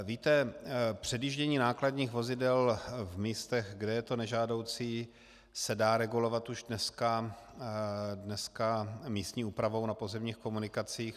Víte, předjíždění nákladních vozidel v místech, kde je to nežádoucí, se dá regulovat už dneska místní úpravou na pozemních komunikacích.